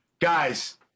Guys